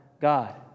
God